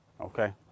okay